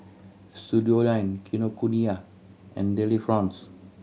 Studioline Kinokuniya and Delifrance